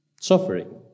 Suffering